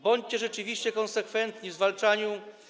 Bądźcie rzeczywiście konsekwentni w zwalczaniu.